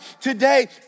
today